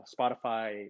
Spotify